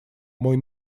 мой